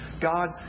God